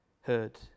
heard